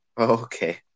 Okay